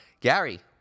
Gary